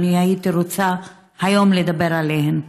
והייתי רוצה לדבר עליהן היום.